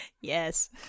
Yes